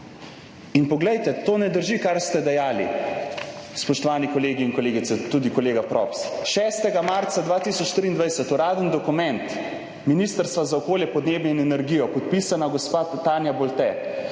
In poglejte, to ne drži, kar ste dejali, spoštovani kolegi in kolegice, tudi kolega Props. 6. marca 2023, uraden dokument Ministrstva za okolje, podnebje in energijo, podpisana gospa Tanja Bolte: